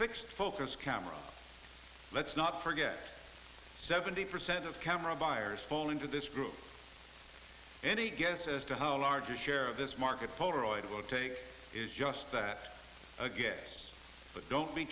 fixed focus camera let's not forget seventy percent of camera buyers fall into this group any guess as to how large a share of this market polaroid will take is just that a guess but don't be